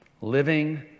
Living